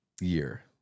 year